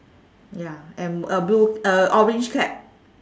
ya and a blue a orange cap